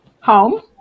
home